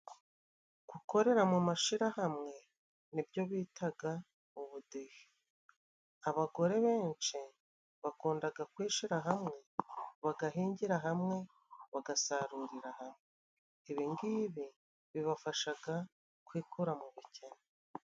Gukorera mu mashirahamwe ni byo bitaga ubudehe . Abagore benshi bakundaga kwishira hamwe bagahingira hamwe, bagasarurira hamwe ibi ngibi bibafashaga kwikura mu bukene.